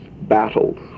battles